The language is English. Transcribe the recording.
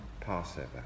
Passover